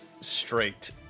straight